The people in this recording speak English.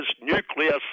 nuclear